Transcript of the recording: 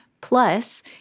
Plus